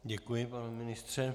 Děkuji, pane ministře.